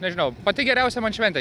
nežinau pati geriausia man šventė